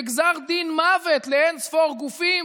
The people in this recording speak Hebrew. וגזר דין מוות לאין-ספור גופים